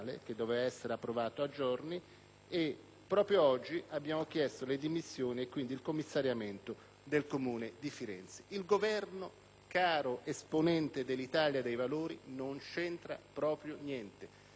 Proprio oggi, inoltre, abbiamo chiesto le dimissioni del sindaco e quindi il commissariamento del Comune di Firenze. Il Governo, caro esponente dell'Italia dei Valori, non c'entra proprio niente.